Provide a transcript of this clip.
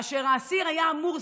האסיר היה אמור,